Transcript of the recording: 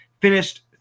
finished